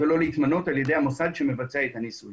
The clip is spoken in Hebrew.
פנינו וביקשנו לדחות את הדיון שם כדי שנוכל לעשות את הדיון